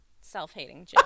self-hating